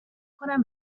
کنم